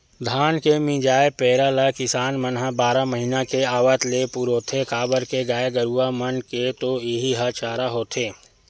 धान के मिंजाय पेरा ल किसान मन ह बारह महिना के आवत ले पुरोथे काबर के गाय गरूवा मन के तो इहीं ह चारा होथे